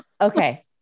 okay